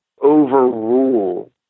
overrule